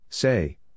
Say